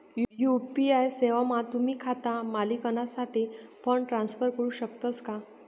UPI सेवामा तुम्ही खाता मालिकनासाठे फंड ट्रान्सफर करू शकतस का